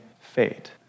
fate